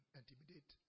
intimidate